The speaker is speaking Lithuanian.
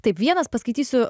taip vienas paskaitysiu